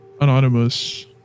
anonymous